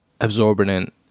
absorbent